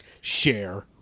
Share